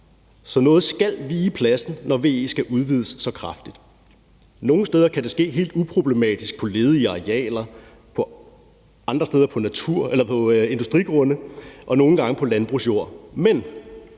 så noget skal vige pladsen, når VE skal udvides så kraftigt. Nogle steder kan det ske helt uproblematisk på ledige arealer, andre steder på natur eller på industrigrunde og nogle gange på landbrugsjord,